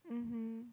mmhmm